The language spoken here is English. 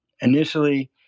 initially